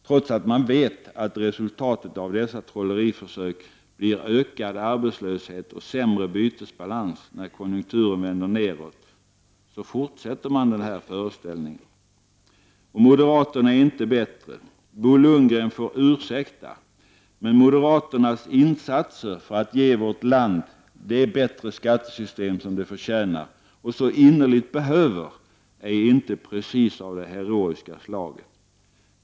Trots att man vet att resultatet av dessa trolleriförsök blir ökad arbetslöshet och sämre bytesbalans när konjunkturen vänder neråt fortsätter man föreställningen. Moderaterna är inte bättre. Bo Lundgren får ursäkta, men moderaternas insatser för att ge vårt land det bättre skattesystem som det förtjänar och så innerligt behöver är inte precis av det heroiska slaget.